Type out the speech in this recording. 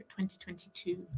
2022